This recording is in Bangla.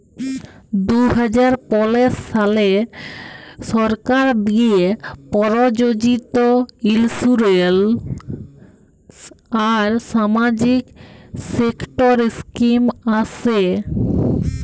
দু হাজার পলের সালে সরকার দিঁয়ে পরযোজিত ইলসুরেলস আর সামাজিক সেক্টর ইস্কিম আসে